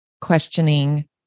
questioning